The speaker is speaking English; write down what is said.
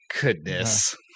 goodness